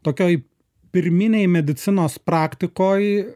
tokioj pirminėje medicinos praktikoj